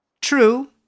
True